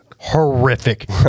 horrific